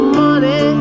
money